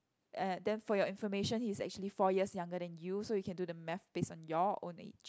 eh then for your information he's actually four years younger than you so you can do the math based on your own age